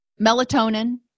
melatonin